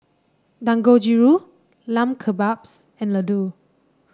Dangojiru Lamb Kebabs and Ladoo